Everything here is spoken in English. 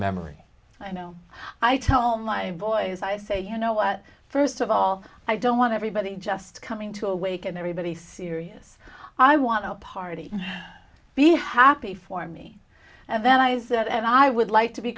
memory i know i tell my boys i say you know what first of all i don't want everybody just coming to awaken everybody serious i want to party be happy for me and then i said and i would like to be